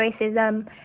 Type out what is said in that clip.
racism